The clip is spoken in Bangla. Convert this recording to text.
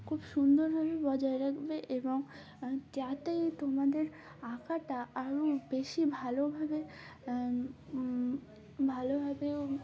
খুব সুন্দরভাবে বজায় রাখবে এবং যাতেই তোমাদের আঁকাটা আরও বেশি ভালোভাবে ভালোভাবেও